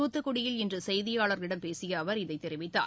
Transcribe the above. தூத்துக்குடியில் இன்று செய்தியாளர்களிடம் பேசிய அவர் இதைத் தெரிவித்தார்